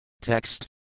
Text